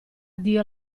dio